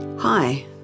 Hi